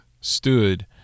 stood